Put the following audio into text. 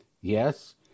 Yes